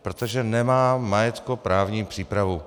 Protože nemá majetkoprávní přípravu.